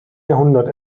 jahrhundert